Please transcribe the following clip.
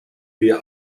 wir